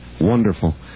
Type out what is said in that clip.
Wonderful